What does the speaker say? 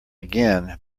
again